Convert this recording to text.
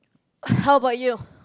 how bout you